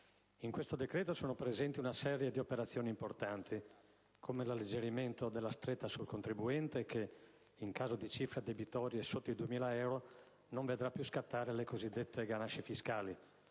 in questo decreto-legge sono presenti una serie di operazioni importanti, come l'alleggerimento della stretta sul contribuente che, in caso di cifre debitorie sotto i 2.000 euro, non vedrà più scattare le cosiddette ganasce fiscali,